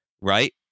right